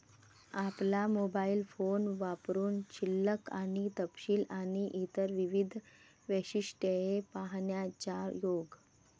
आपला mobile phone वापरुन शिल्लक आणि तपशील आणि इतर विविध वैशिष्ट्ये पाहण्याचा योग